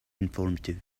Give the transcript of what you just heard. informative